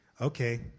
Okay